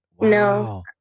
no